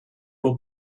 will